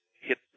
hit